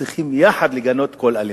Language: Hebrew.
צריכים יחד לגנות כל אלימות.